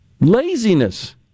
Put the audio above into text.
Laziness